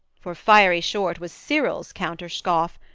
for fiery-short was cyril's counter-scoff,